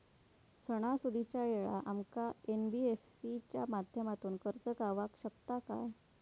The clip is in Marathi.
सणासुदीच्या वेळा आमका एन.बी.एफ.सी च्या माध्यमातून कर्ज गावात शकता काय?